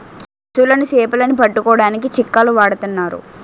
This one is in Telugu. పశువులని సేపలని పట్టుకోడానికి చిక్కాలు వాడతన్నారు